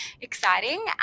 exciting